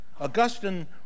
Augustine